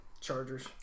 Chargers